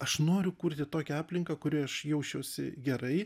aš noriu kurti tokią aplinką kurioj aš jaučiuosi gerai